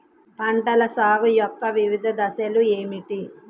పంటల సాగు యొక్క వివిధ దశలు ఏమిటి?